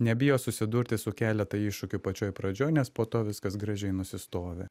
nebijo susidurti su keleta iššūkių pačioj pradžioj nes po to viskas gražiai nusistovi